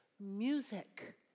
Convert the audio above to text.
music